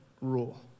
rule